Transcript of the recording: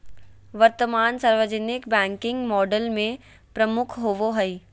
वर्तमान सार्वजनिक banking model में प्रमुख होबो हइ